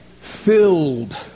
filled